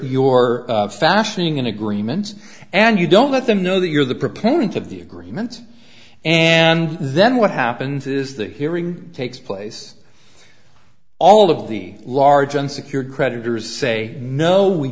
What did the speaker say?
your fashioning an agreement and you don't let them know that you're the proponent of the agreement and then what happens is the hearing takes place all of the large unsecured creditors say no we